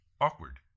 awkward